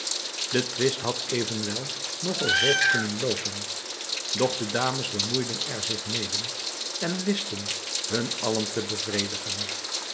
de twist had evenwel nog al hoog kunnen loopen doch de dames bemoeiden er zich mede en wisten hun allen te bevredigen